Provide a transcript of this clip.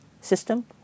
system